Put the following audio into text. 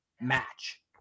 match